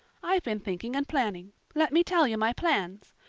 i've been thinking and planning. let me tell you my plans.